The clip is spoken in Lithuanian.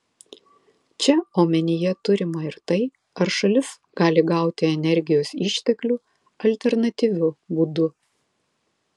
čia omenyje turima ir tai ar šalis gali gauti energijos išteklių alternatyviu būdu